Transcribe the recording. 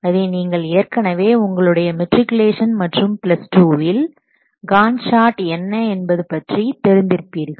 அதை நீங்கள் ஏற்கனவே உங்களுடைய மெட்ரிகுலேஷன் மற்றும் பிளஸ் 2வில் காண்ட் சார்ட் என்ன என்பது பற்றி தெரிந்து இருப்பீர்கள்